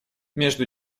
между